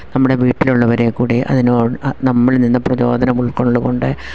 നമ്മുടെ വീട്ടിലുള്ളവരെ കൂടി അതിനോ നമ്മളിൽ നിന്ന് പ്രചോദനം ഉൾക്കൊണ്ടു കൊണ്ട്